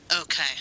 Okay